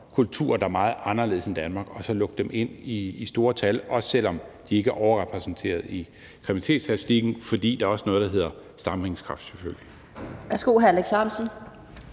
kulturer, der er meget anderledes end den i Danmark, og så lukke dem ind i store tal, også selv om de ikke er overrepræsenteret i kriminalitetsstatistikken, fordi der selvfølgelig også er noget, der hedder sammenhængskraft. Kl.